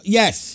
yes